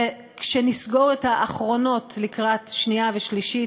וכשנסגור את האחרונות לקראת שנייה ושלישית,